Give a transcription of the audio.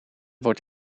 wordt